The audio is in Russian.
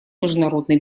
международной